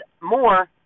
more